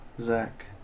Zach